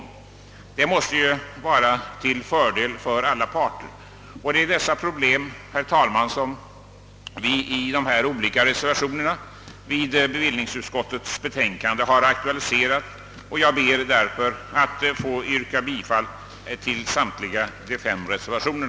Detta måste ju vara till fördel för alla parter. Det är dessa problem, herr talman, som vi aktualiserat i de olika reservationer som fogats till bevillningsutskottets betänkande, och jag ber att få yrka bifall till samtliga fem reservationer.